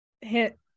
hit